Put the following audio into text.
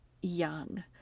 young